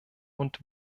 und